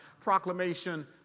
proclamation